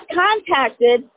contacted